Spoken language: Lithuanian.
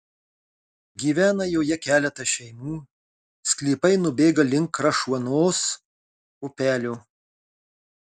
gyvena joje keletas šeimų sklypai nubėga link krašuonos upelio